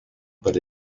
but